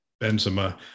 Benzema